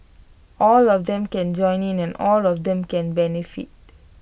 all of them can join in and all of them can benefit